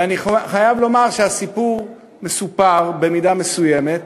ואני חייב לומר שהסיפור מסופר במידה מסוימת.